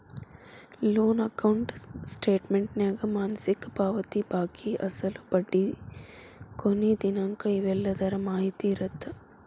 loan account ಸ್ಟೇಟಮೆಂಟ್ನ್ಯಾಗ ಮಾಸಿಕ ಪಾವತಿ ಬಾಕಿ ಅಸಲು ಬಡ್ಡಿ ಕೊನಿ ದಿನಾಂಕ ಇವೆಲ್ಲದರ ಮಾಹಿತಿ ಇರತ್ತ